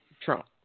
Trump